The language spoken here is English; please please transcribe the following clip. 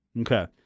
Okay